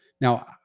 Now